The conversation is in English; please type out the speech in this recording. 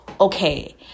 okay